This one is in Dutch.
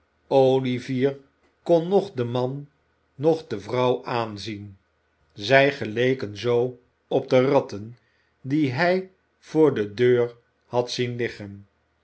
oiivier kon noch den man noch de vrouw aanzien zij geleken zoo op de ratten die hij voor de deur had zien liggen